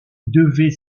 devait